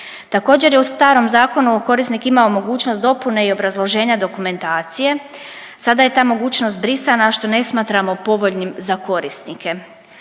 Također je u starom zakonu korisnik imao mogućnost dopune i obrazloženja dokumentacije, sada je ta mogućnost brisana što ne smatramo povoljnim za korisnike